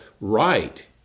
right